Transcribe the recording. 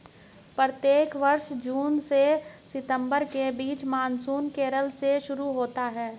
प्रत्येक वर्ष जून से सितंबर के बीच मानसून केरल से शुरू होता है